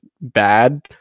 bad